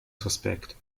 suspekt